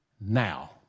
now